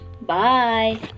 bye